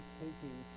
taking